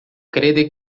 crede